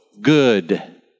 good